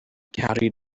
carried